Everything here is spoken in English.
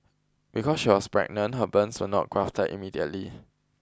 because she was pregnant her burns were not grafted immediately